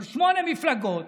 אבל שמונה מפלגות